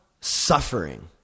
suffering